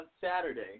Saturday